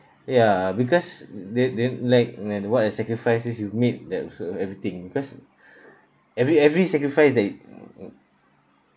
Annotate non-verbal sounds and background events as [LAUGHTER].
ya because they they like and then what are the sacrifices you've made that uh so everything cause [BREATH] every every sacrifice that [NOISE]